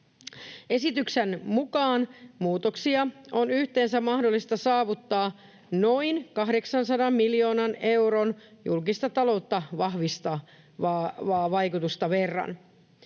Esityksen mukaan muutoksia on yhteensä mahdollista saavuttaa noin 800 miljoonan euron julkista taloutta vahvistavan vaikutuksen verran.